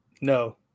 No